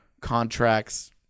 contracts